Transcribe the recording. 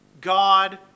God